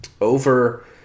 over